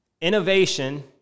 Innovation